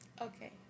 Okay